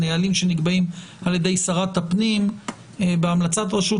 הנהלים שנקבעים על ידי שרת הפנים בהמלצת רשות